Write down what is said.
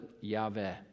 Yahweh